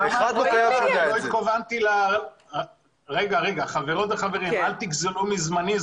חברים וחברות, אל תגזלו מזמני.